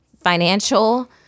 financial